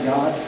God